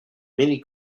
many